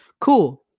Cool